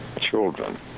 children